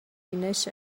بینش